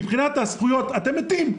מבחינת הזכויות אתם מתים.